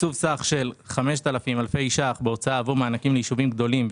תקצוב סך של 5,000 אלפי ש"ח בהוצאה עבור מענקים ליישובים גדולים;